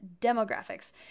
demographics